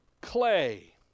clay